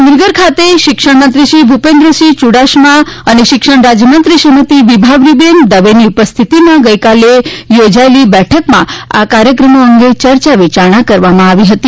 ગાંધીનગર ખાતે શિક્ષણ મંત્રી શ્રી ભુપેન્દ્રસિંહ ચુડાસમા અને શિક્ષણ રાજયમંત્રી શ્રીમતી વિભાવરીબેન દવેની ઉપસ્થિતિમાં ગઈકાલે યોજાયેલી બેઠકમાં આ કાર્યક્રમો અંગે ચર્ચા વિચારણા કરવામાં આવી હતી